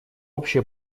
общее